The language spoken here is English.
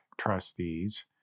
trustees